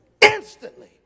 instantly